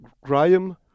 Graham